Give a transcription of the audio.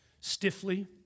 stiffly